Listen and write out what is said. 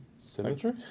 symmetry